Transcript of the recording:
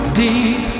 deep